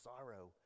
sorrow